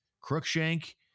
Crookshank